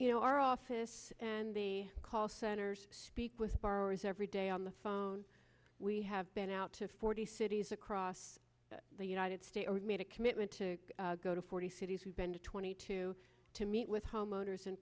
you know our office and they call centers speak with borrowers every day on the phone we have been out to forty cities across the united states made a commitment to go to forty cities we've been to twenty two to meet with homeowners in